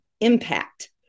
impact